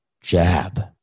jab